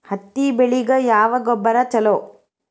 ಹತ್ತಿ ಬೆಳಿಗ ಯಾವ ಗೊಬ್ಬರ ಛಲೋ?